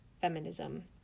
feminism